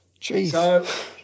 Jeez